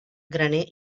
graner